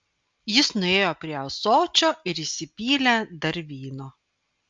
jis nuėjo prie ąsočio ir įsipylė dar vyno